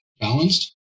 balanced